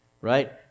right